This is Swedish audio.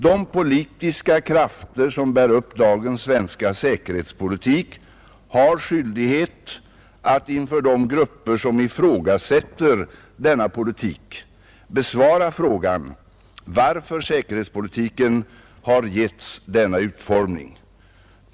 De politiska krafter som bär upp dagens svenska säkerhetspolitik har skyldighet att inför de grupper som ifrågasätter denna politik besvara frågan varför säkerhetspolitiken har getts denna utformning.